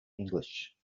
english